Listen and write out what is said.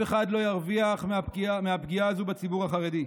אף אחד לא ירוויח מהפגיעה הזו בציבור החרדי.